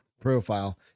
profile